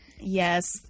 yes